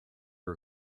are